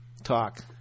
talk